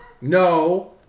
No